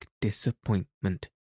disappointment